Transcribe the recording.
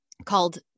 called